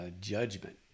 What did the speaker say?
judgment